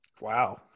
Wow